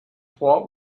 what